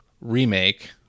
remake